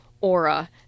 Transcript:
aura